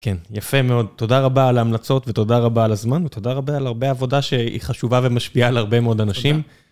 כן, יפה מאוד. תודה רבה על ההמלצות ותודה רבה על הזמן, ותודה רבה על הרבה עבודה שהיא חשובה ומשפיעה על הרבה מאוד אנשים.